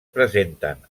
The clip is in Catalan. presenten